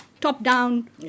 top-down